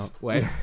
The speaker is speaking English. wait